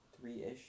three-ish